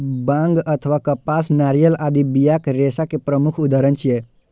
बांग अथवा कपास, नारियल आदि बियाक रेशा के प्रमुख उदाहरण छियै